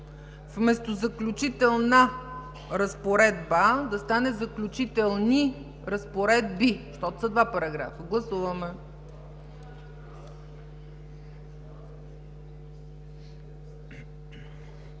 вместо „Заключителна разпоредба“, да стане „Заключителни разпоредби“, защото са два параграфа. Гласуваме.